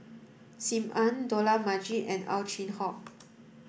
Sim Ann Dollah Majid and Ow Chin Hock